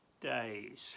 days